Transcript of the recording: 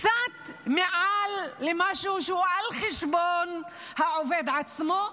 קצת מעל למשהו שהוא על חשבון העובד עצמו,